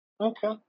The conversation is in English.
Okay